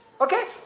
Okay